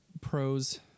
pros